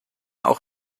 auch